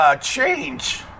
change